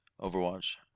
Overwatch